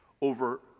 over